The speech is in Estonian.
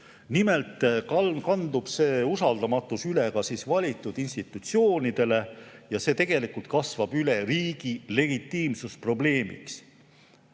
Nimelt kandub see usaldamatus üle ka valitud institutsioonidele ja see tegelikult kasvab üle riigi legitiimsuse probleemiks.